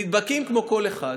נדבקים כמו כל אחד,